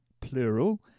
plural